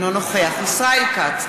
אינו נוכח ישראל כץ,